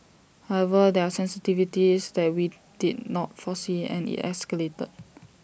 however there are sensitivities that we did not foresee and IT escalated